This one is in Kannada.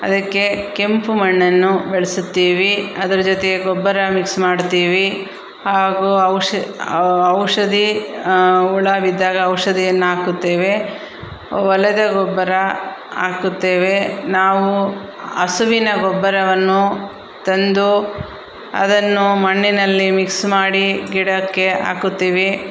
ಅದಕ್ಕೆ ಕೆಂಪು ಮಣ್ಣನ್ನು ಬಳಸುತ್ತೀವಿ ಅದರ ಜೊತೆ ಗೊಬ್ಬರ ಮಿಕ್ಸ್ ಮಾಡ್ತೀವಿ ಹಾಗೂ ಔಷ ಔಷಧಿ ಹುಳ ಬಿದ್ದಾಗ ಔಷಧಿಯನ್ನು ಹಾಕುತ್ತೇವೆ ಹೊಲದ ಗೊಬ್ಬರ ಹಾಕುತ್ತೇವೆ ನಾವು ಹಸುವಿನ ಗೊಬ್ಬರವನ್ನು ತಂದು ಅದನ್ನು ಮಣ್ಣಿನಲ್ಲಿ ಮಿಕ್ಸ್ ಮಾಡಿ ಗಿಡಕ್ಕೆ ಹಾಕುತ್ತೀವಿ